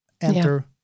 Enter